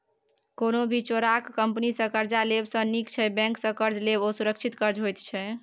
कोनो भी चोरका कंपनी सँ कर्जा लेब सँ नीक छै बैंक सँ कर्ज लेब, ओ सुरक्षित कर्ज होइत छै